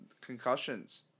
concussions